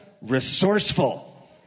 resourceful